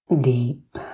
deep